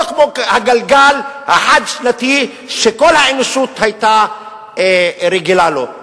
לא כמו הגלגל החד-שנתי שכל האנושות היתה רגילה לו.